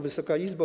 Wysoka Izbo!